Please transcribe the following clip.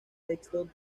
textos